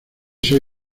soy